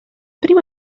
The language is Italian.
primo